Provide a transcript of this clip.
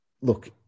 Look